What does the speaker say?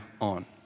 on